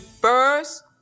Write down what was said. First